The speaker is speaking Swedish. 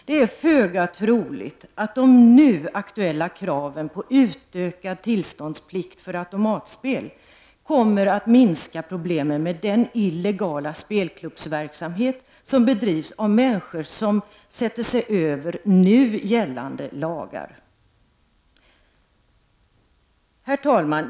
Det är föga troligt att de nu aktuella kraven på utökad tillståndsplikt för automatspel kommer att minska problemen med den illegala spelklubbsverksamhet som bedrivs av människor som sätter sig över nu gällande lagar. Herr talman!